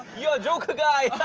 you're a joker guy!